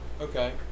Okay